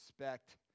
respect